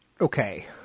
Okay